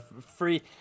free